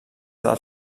del